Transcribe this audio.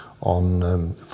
on